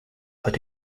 but